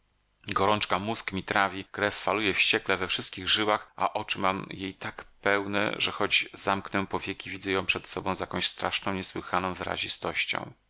gorączka mózg mi trawi krew faluje wściekle we wszystkich żyłach a oczy mam jej tak pełne że choć zamknę powieki widzę ją przed sobą z jakąś straszną niesłychaną